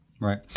Right